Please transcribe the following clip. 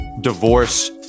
divorce